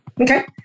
Okay